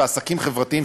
ועסקים חברתיים,